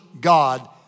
God